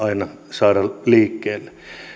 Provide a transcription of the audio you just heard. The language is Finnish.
aina saada liikkeelle